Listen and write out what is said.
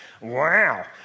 Wow